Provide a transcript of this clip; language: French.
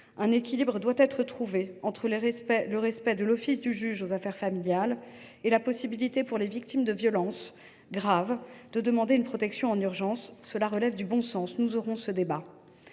Un équilibre doit être trouvé entre le respect de l’office du juge aux affaires familiales et la possibilité pour les victimes de violences graves de demander une protection en urgence. Voilà qui relève du bon sens, et nous aurons ce débat.